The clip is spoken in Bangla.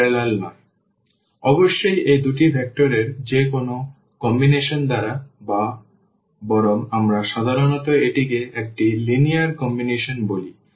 সুতরাং অবশ্যই এই দুটি ভেক্টর এর যে কোনও সংমিশ্রণ দ্বারা বা বরং আমরা সাধারণত এটিকে একটি লিনিয়ার সংমিশ্রণ বলি